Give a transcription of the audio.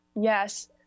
Yes